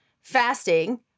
fasting